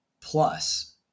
plus